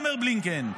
אומר בלינקן,